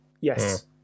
yes